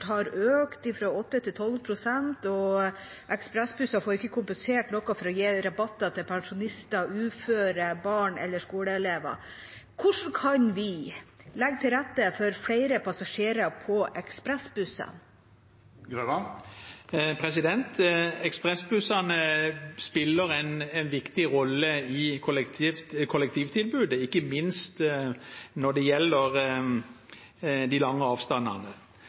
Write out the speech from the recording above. har økt fra 8 pst. til 12 pst., og ekspressbusser får ikke kompensert noe for å gi rabatt til pensjonister, uføre, barn eller skoleelever. Hvordan kan vi legge til rette for flere passasjerer på ekspressbussene? Ekspressbussene spiller en viktig rolle i kollektivtilbudet, ikke minst når det gjelder de lange avstandene.